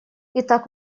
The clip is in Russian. итак